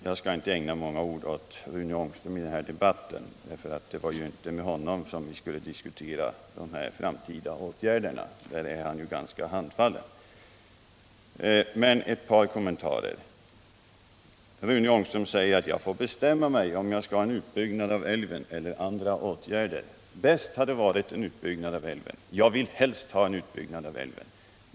Jag skall inte ägna många ord åt Rune Ångström i den här debatten, eftersom det inte var med honom som vi skulle diskutera dessa framtida åtgärder — i den här frågan är han f. ö. ganska handfallen — men jag vill göra ett par kommentarer till vad han sade. Rune Ångström säger att jag får bestämma mig för om jag vill ha en utbyggnad av älven eller om jag vill ha andra åtgärder. Då vill jag svara: Bäst hade varit om vi hade fått en utbyggnad av älven, det är vad jag helst vill ha.